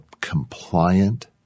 compliant